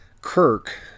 Kirk